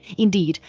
indeed,